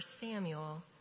Samuel